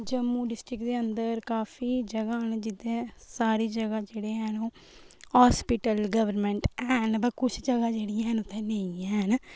Jammu district दे अंदर काफी जगहां न जित्थें सारी जगहां जेह्ड़ियां न हॉस्पिटल गर्वनमेंट है'न पर कुछ जगहां न जेह्ड़ियां न जित्थें नेईं है'न